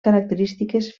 característiques